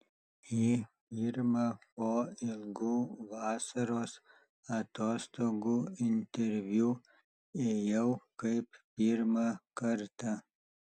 į pirmą po ilgų vasaros atostogų interviu ėjau kaip pirmą kartą